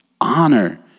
Honor